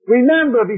Remember